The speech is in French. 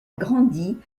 grandi